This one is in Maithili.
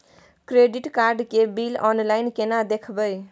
क्रेडिट कार्ड के बिल ऑनलाइन केना देखबय?